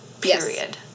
period